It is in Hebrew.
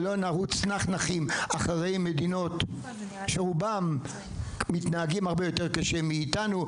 ולא נרוץ כמו נחנחים אחרי מדינות שרובן מתנהגות הרבה יותר קשה מאיתנו,